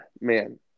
Man